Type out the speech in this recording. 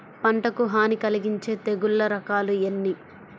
పంటకు హాని కలిగించే తెగుళ్ల రకాలు ఎన్ని?